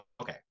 okay